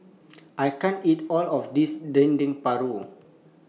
I can't eat All of This Dendeng Paru